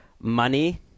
money –